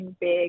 big